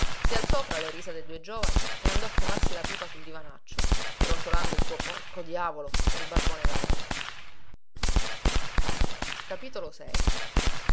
si alzò fra le risa dei due giovani e andò a fumarsi la pipa sul divanaccio brontolando il suo porco diavolo nel barbone lanoso